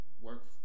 work